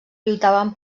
lluitaven